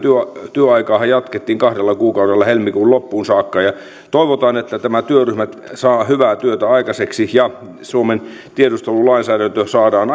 työaikaahan jatkettiin kahdella kuukaudella helmikuun loppuun saakka ja toivotaan että tämä työryhmä saa hyvää työtä aikaiseksi ja suomen tiedustelulainsäädäntö saadaan